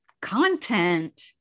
content